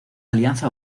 alianza